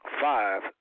five